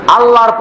Allah